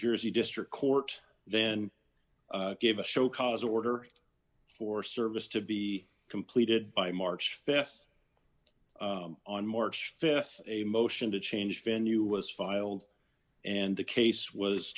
jersey district court then gave a show cause order for service to be completed by march th on march th a motion to change venue was filed and the case was